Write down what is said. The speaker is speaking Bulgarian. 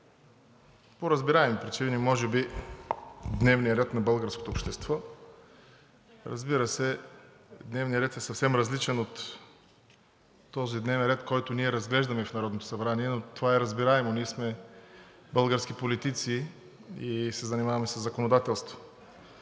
по разбираеми причини може би, дневния ред на българското общество. Разбира се, дневният ред е съвсем различен от този дневен ред, който ние разглеждаме в Народното събрание, но това е разбираемо, ние сме български политици и се занимаваме със законодателство.